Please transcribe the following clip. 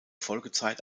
folgezeit